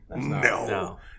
No